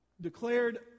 Declared